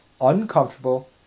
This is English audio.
uncomfortable